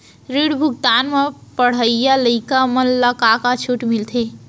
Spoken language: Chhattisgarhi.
ऋण भुगतान म पढ़इया लइका मन ला का का छूट मिलथे?